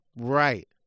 Right